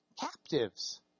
captives